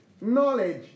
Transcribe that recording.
knowledge